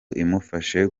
imufashe